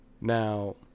Now